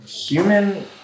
human